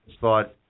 thought